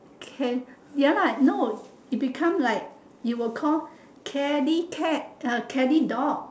cat ya lah no it'll become like you'll call catty cat uh catty dog